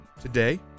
today